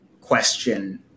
question